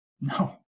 No